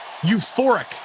euphoric